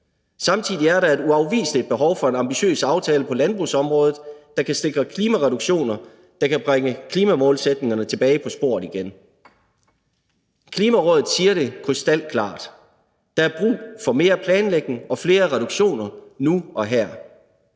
Samtidig er der et uafviseligt behov for en ambitiøs aftale på landbrugsområdet, der kan sikre klimareduktioner; der kan bringe klimamålsætningerne tilbage på sporet igen. Klimarådet siger det krystalklart: Der er brug for mere planlægning og flere reduktioner nu og her,